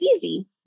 easy